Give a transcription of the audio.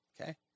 okay